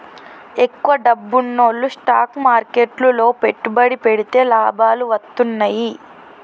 ఎక్కువ డబ్బున్నోల్లు స్టాక్ మార్కెట్లు లో పెట్టుబడి పెడితే లాభాలు వత్తన్నయ్యి